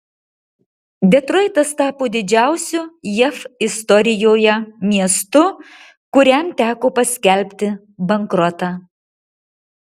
detroitas tapo didžiausiu jav istorijoje miestu kuriam teko paskelbti bankrotą